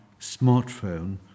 smartphone